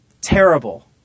terrible